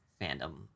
fandom